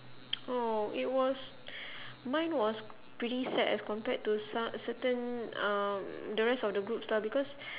orh it was mine was pretty sad as compared to so~ certain um the rest of the groups lah because